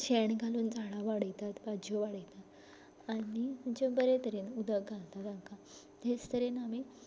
शेण घालून झाडां वाडयतात भाजयो वाडयतात आनी म्हणजे बरे तरेन उदक घालता तांकां तेच तरेन आमी